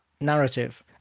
narrative